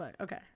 okay